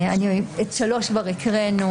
את (3) כבר הקראנו.